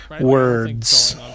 words